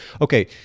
Okay